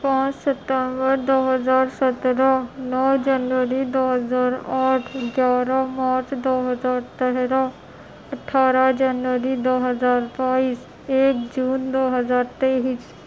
پانچ ستمبر دو ہزار سترہ نو جنوری دو ہزار آٹھ گیارہ مارچ دو ہزار تیرہ اٹھارہ جنوری دو ہزار بائیس ایک جون دو ہزار تیئیس